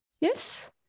Yes